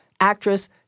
actress